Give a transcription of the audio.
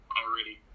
already